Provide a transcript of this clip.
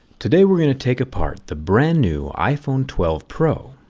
today we're going to take apart the brand new iphone twelve pro.